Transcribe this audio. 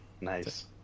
Nice